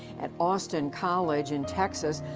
at austin college in texas,